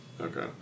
Okay